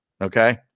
Okay